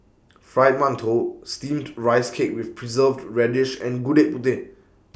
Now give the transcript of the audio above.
Fried mantou Steamed Rice Cake with Preserved Radish and Gudeg Putih